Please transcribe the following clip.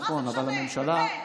מה זה משנה, באמת.